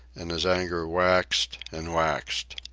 and his anger waxed and waxed.